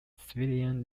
civilian